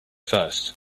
first